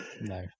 No